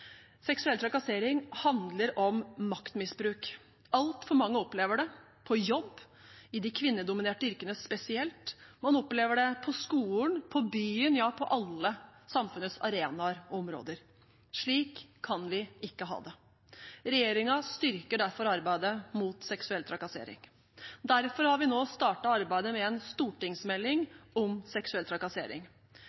Seksuell trakassering handler om maktmisbruk. Altfor mange opplever det på jobb, i de kvinnedominerte yrkene spesielt. Man opplever det på skolen, på byen, ja på alle samfunnets arenaer og områder. Slik kan vi ikke ha det. Regjeringen styrker derfor arbeidet mot seksuell trakassering. Derfor har vi nå startet arbeidet med en stortingsmelding